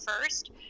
first